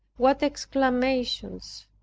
what exclamations,